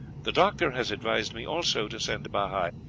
the doctor has advised me also to send bahi,